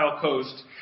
coast